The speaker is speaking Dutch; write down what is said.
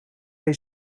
hij